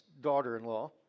daughter-in-law